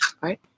right